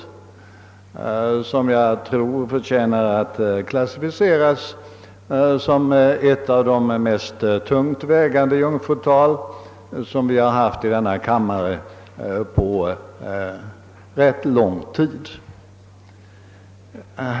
Det förtjänar enligt min uppfattning att klassificeras som ett av de tyngst vägande jungfrutal vi har hört i denna kammare på rätt lång tid.